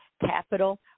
capital